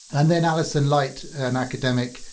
and then alison light, an academic,